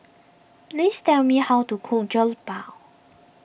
please tell me how to cook Jokbal